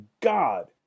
God